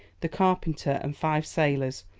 the carpenter, and five sailors,